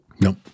nope